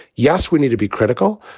yes, we need to be critical.